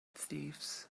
thieves